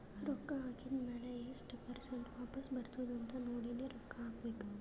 ರೊಕ್ಕಾ ಹಾಕಿದ್ ಮ್ಯಾಲ ಎಸ್ಟ್ ಪರ್ಸೆಂಟ್ ವಾಪಸ್ ಬರ್ತುದ್ ಅಂತ್ ನೋಡಿನೇ ರೊಕ್ಕಾ ಹಾಕಬೇಕ